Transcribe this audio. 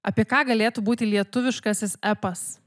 apie ką galėtų būti lietuviškasis epas